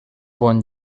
bon